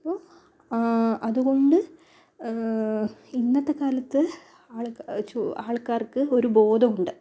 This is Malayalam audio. അപ്പോൾ അതുകൊണ്ട് ഇന്നത്തെ കാലത്ത് ആൾ ചോ ആൾക്കാർക്ക് ഒരു ബോധമുണ്ട്